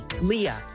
Leah